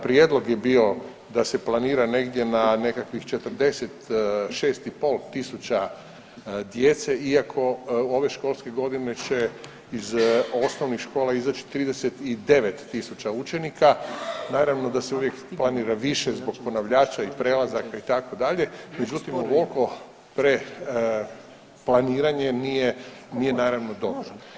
Prijedlog je bio da se planira negdje na nekakvih 46,5 tisuća djece iako ove školske godine će iz osnovnih škola izaći 39 tisuća učenika, naravno da se uvijek planira više zbog ponavljača i prelazaka itd., međutim ovolko preplaniranje nije, nije naravno dobro.